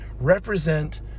represent